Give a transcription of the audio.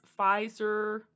Pfizer